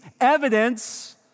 evidence